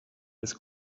was